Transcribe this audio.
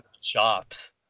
shops